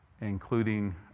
including